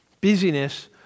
Busyness